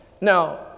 now